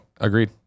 Agreed